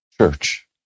church